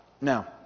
Now